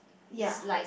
ya